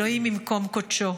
אלוהים במעון קדשו".